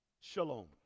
Shalom